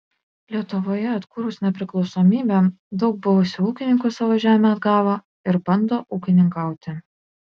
lietuvoje atkūrus nepriklausomybę daug buvusių ūkininkų savo žemę atgavo ir bando ūkininkauti